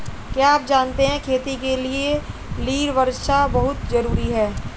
क्या आप जानते है खेती के लिर वर्षा बहुत ज़रूरी है?